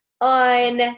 on